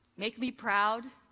make me proud.